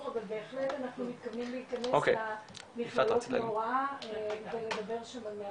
אבל בהחלט אנחנו מקווים להיכנס למכללות להוראה ולדבר שם.